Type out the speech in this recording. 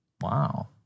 Wow